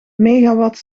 megawatt